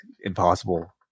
impossible